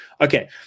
Okay